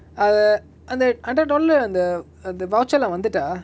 அது அந்த:athu antha hundred dollar lah அந்த அந்த:antha antha voucher lah வந்துட்டா:vanthuta